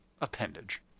appendage